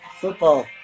football